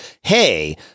Hey